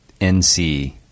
NC